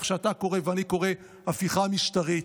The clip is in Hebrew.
איך שאתה קורא ואני קורא לו "הפיכה משטרית".